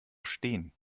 stehen